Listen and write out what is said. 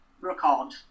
record